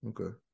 Okay